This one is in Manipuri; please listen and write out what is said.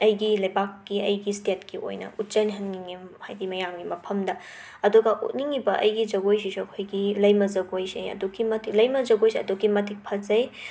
ꯑꯩꯒꯤ ꯂꯩꯄꯥꯛꯀꯤ ꯑꯩꯒꯤ ꯁ꯭ꯇꯦꯠꯀꯤ ꯑꯣꯏꯅ ꯎꯠꯆꯍꯟꯅꯤꯡꯏ ꯍꯥꯏꯗꯤ ꯃꯌꯥꯝꯒꯤ ꯃꯐꯝꯗ ꯑꯗꯨꯒ ꯎꯠꯅꯤꯡꯉꯤꯕ ꯑꯩꯒꯤ ꯖꯒꯣꯏꯁꯤꯁꯨ ꯑꯩꯈꯣꯏꯒꯤ ꯂꯩꯃ ꯖꯒꯣꯏꯁꯦ ꯑꯗꯨꯛꯀꯤ ꯃꯇꯤꯛ ꯂꯩꯃ ꯖꯒꯣꯏꯁꯦ ꯑꯗꯨꯛꯀꯤ ꯃꯇꯤꯛ ꯐꯖꯩ